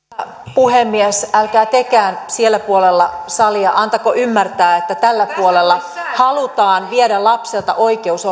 puhemies älkää tekään siellä puolella salia antako ymmärtää että tällä puolella halutaan viedä lapselta oikeus